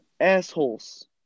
assholes